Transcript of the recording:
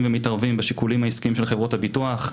ומתערבים בשיקולים העסקיים של חברות הביטוח.